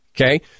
Okay